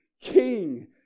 King